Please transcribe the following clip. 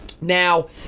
Now